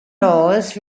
laws